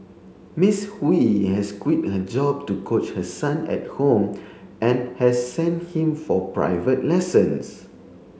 Ms Hui has quit her job to coach her son at home and has sent him for private lessons